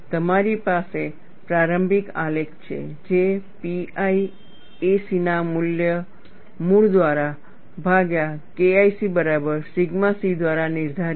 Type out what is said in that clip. તમારી પાસે પ્રારંભિક આલેખ છે જે pi a c ના મૂળ દ્વારા ભાગ્યા KIC બરાબર સિગ્મા c દ્વારા નિર્ધારિત છે